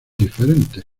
diferentes